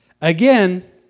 Again